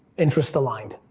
interest aligned?